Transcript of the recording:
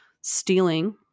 stealing